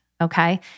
okay